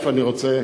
אני רוצה